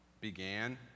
began